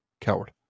coward